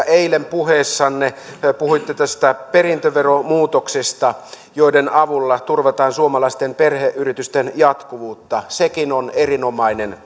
eilen puheessanne puhuitte perintöveromuutoksista joiden avulla turvataan suomalaisten perheyritysten jatkuvuutta sekin on erinomainen